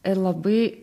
ir labai